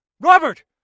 Robert